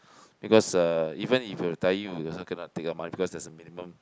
because uh even if you retire you also cannot take the money because there's a minimum